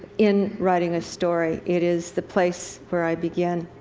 in writing a story, it is the place where i begin.